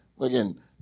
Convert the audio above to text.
again